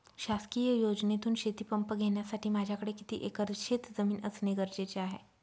शासकीय योजनेतून शेतीपंप घेण्यासाठी माझ्याकडे किती एकर शेतजमीन असणे गरजेचे आहे?